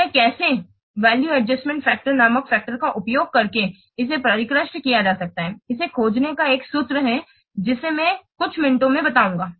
तो यह कैसे वैल्यू एडजस्टमेंट फैक्टर नामक फ़ैक्टर का उपयोग करके इसे परिष्कृत किया जा सकता है इसे खोजने का एक सूत्र है जिसे मैं कुछ मिनटों के बाद बताऊंगा